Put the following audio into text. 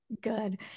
Good